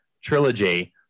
trilogy